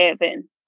heaven